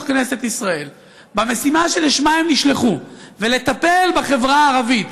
כנסת ישראל במשימה שלשמה הם נשלחו ולטפל בחברה הערבית,